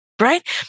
right